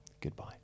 Goodbye